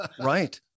right